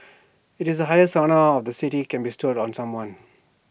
IT is the highest honour of the city can bestow on someone